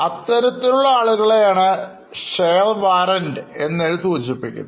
അത്തരത്തിലുള്ളആളുകളെയാണ് share warranഎന്നെഴുതി സൂചിപ്പിക്കുന്നു